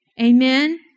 Amen